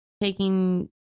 Taking